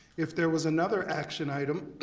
if there was another action item,